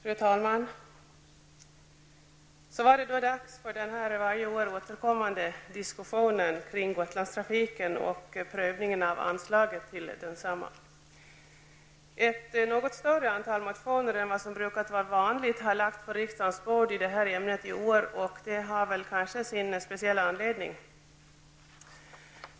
Herr talman! Så var det då dags för den varje år återkommande prövningen av anslaget till Gotlandstrafiken. Ett större antal motioner än vad som brukat vara vanligt har lagts på riksdagens bord i detta ämne i år och det har säkerligen en speciell anledning.